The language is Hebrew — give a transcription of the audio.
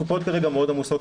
הקופות מאוד עמוסות,